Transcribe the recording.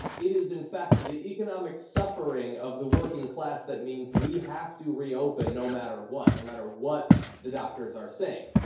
it is in fact the economic suffering of the working class that means we have to reopen no matter what, no matter what the doctors are saying.